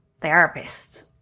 therapist